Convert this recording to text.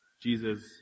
Jesus